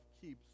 keeps